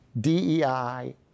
DEI